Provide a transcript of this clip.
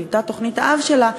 שהיוותה תוכנית האב שלה,